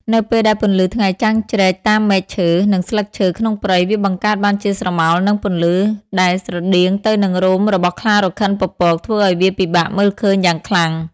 នៅពេលដែលពន្លឺថ្ងៃចាំងជ្រែកតាមមែកឈើ និងស្លឹកឈើក្នុងព្រៃ វាបង្កើតបានជាស្រមោល និងពន្លឺ ដែលស្រដៀងទៅនឹងរោមរបស់ខ្លារខិនពពក ធ្វើឲ្យវាពិបាកមើលឃើញយ៉ាងខ្លាំង។